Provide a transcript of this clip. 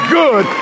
good